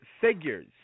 figures